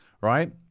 right